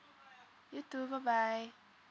you too bye bye